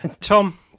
tom